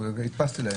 או הדפסתי להם.